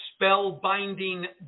spellbinding